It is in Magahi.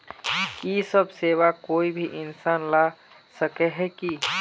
इ सब सेवा कोई भी इंसान ला सके है की?